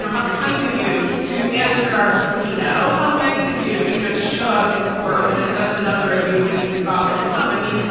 how kind of you to answer our subpoena. oh, how nice of you you know to show up in court when a dozen others of you wouldn't even bother to come. i mean,